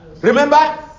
Remember